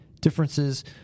differences